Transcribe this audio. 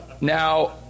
Now